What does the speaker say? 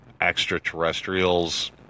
extraterrestrials